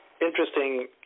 interesting